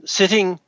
sitting